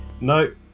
No